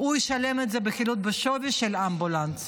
הוא ישלם את זה בחילוט בשווי של האמבולנס.